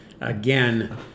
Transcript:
again